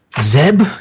Zeb